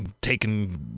taking